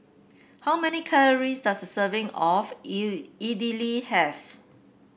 how many calories does a serving of Idili have